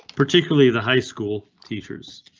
particularly the high school teachers.